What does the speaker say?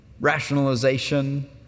rationalization